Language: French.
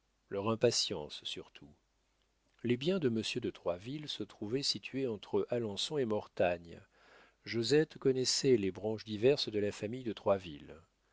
leur impatience surtout les biens de monsieur de troisville se trouvaient situés entre alençon et mortagne josette connaissait les branches diverses de la famille de